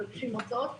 מבקשים הוצאות,